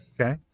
Okay